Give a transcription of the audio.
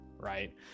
Right